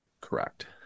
correct